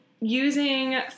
using